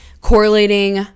correlating